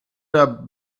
der